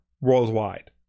worldwide